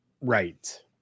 Right